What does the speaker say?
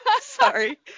Sorry